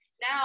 now